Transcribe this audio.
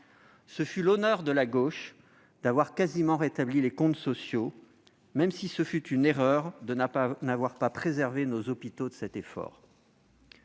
Ce fut l'honneur de la gauche d'avoir presque rétabli les comptes sociaux, même si ce fut une erreur de n'avoir pas préservé nos hôpitaux de cet effort.